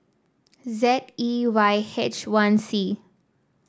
Z E Y H one C